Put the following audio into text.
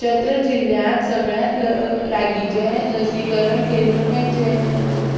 चत्र जिल्ल्यांत सगळ्यांत लागींचें लसीकरण केंद्र खंयचें